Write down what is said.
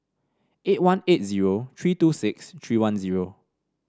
eight one eight zero three two six three one zero